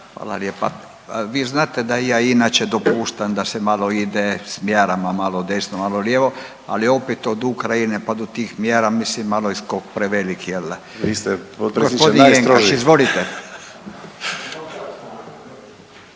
Hvala lijepa. Vi znate da ja inače dopuštam da se malo ide s mjerama malo desno malo lijevo, ali opet od Ukrajine pa do tih mjera mislim malo je skok prevelik jel da. …/Upadica Hrvoje